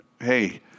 Hey